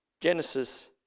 Genesis